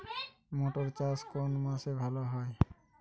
মটর চাষ কোন মাসে ভালো হয়?